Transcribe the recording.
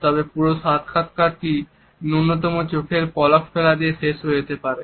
তবে পুরো সাক্ষাৎকারটি ন্যূনতম চোখের পলক ফেলা নিয়ে শেষ হতে পারে